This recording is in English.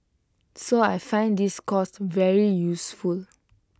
so I find this course very useful